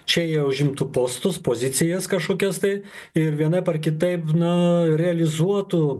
čia jie užimtų postus pozicijas kažkokias tai ir vienaip ar kitaip nu realizuotų